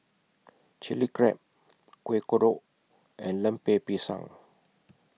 Chili Crab Kueh Kodok and Lemper Pisang